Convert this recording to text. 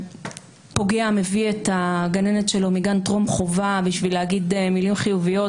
הפוגע מביא את הגננת שלו מגן טרום חובה בשביל להגיד מילים חיוביות,